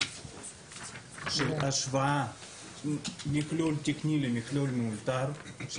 של השוואה בין מכלול תקני למכלול מאולתר.